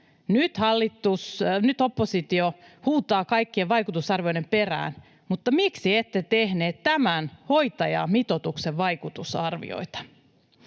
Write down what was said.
Nyt oppositio huutaa kaikkien vaikutusarvioiden perään, mutta miksi ette tehneet tämän hoitajamitoituksen vaikutusarvioita?